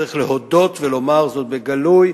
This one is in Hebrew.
צריך להודות ולומר זאת בגלוי,